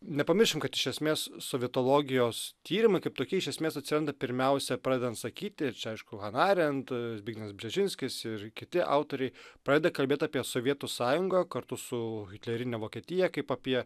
nepamiršim kad iš esmės sovietologijos tyrimai kaip tokie iš esmės atsiranda pirmiausia pradedant sakyti aišku hana arent zbignevas bžežinskis ir kiti autoriai pradeda kalbėti apie sovietų sąjungą kartu su hitlerine vokietija kaip apie